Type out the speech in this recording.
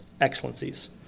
excellencies